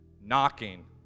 knocking